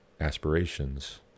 aspirations